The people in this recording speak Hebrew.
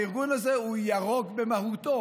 הארגון הזה הוא ירוק במהותו.